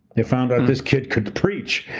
they found out this kid could preach.